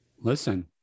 listen